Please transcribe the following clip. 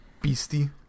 beastie